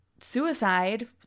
suicide